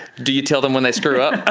do you tell them when they screw up? ah